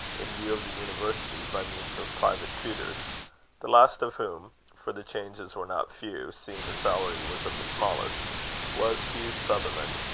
in view of the university, by means of private tutors the last of whom for the changes were not few, seeing the salary was of the smallest was hugh sutherland,